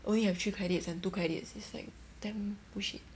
only have three credits and two credits is like damn bullshit